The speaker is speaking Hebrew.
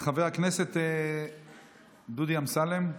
חבר הכנסת דודי אמסלם,